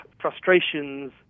frustrations